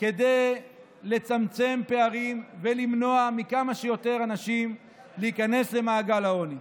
כדי לצמצם פערים ולמנוע מכמה שיותר אנשים להיכנס למעגל העוני.